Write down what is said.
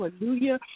hallelujah